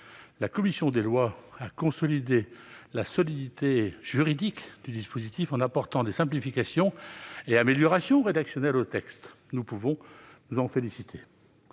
La commission des lois a renforcé la solidité juridique du dispositif, en apportant des simplifications et améliorations rédactionnelles au texte. Nous pouvons nous en féliciter.